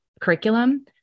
curriculum